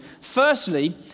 Firstly